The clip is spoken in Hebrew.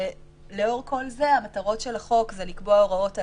לאור כל זה המטרות של החוק זה לקבוע הוראות על